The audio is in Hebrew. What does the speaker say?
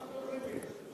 כמה דוברים יש?